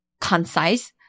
concise